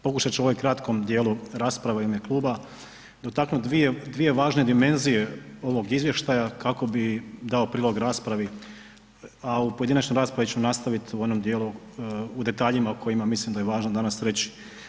Pokušat ću u ovom kratkom dijelu rasprava u ime kluba dotaknuti dvije važne dimenzije ovog izvještaja kako bi dao prilog raspravi, a u pojedinačnoj raspravi ću nastaviti u onom dijelu u detaljima o kojima mislim da je važno danas reći.